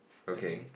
okay